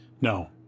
No